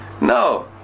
No